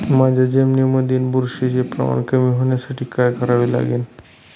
माझ्या जमिनीमधील बुरशीचे प्रमाण कमी होण्यासाठी काय करावे लागेल?